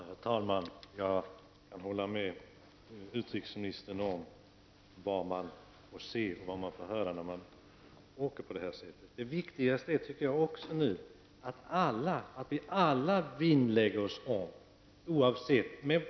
Herr talman! Jag kan hålla med utrikesministern om vad som gäller för vad man får se och höra när man reser i diktaturländer.